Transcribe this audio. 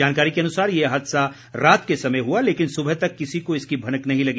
जानकारी के अनुसार ये हादसा रात के समय हुआ लेकिन सुबह तक किसी को इसकी भनक नहीं लगी